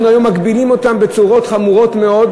אנחנו מגבילים אותם היום בצורות חמורות מאוד.